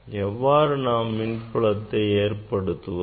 எவ்வாறு நாம் மின்புலத்தை ஏற்படுத்துவது